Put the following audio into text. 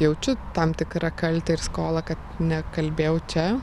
jaučiu tam tikrą kaltę ir skolą kad nekalbėjau čia